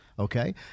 Okay